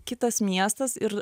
kitas miestas ir